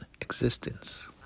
existence